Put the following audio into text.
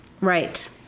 Right